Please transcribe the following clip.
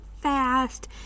fast